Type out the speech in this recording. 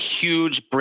huge